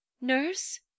Nurse